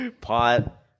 pot